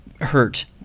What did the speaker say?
hurt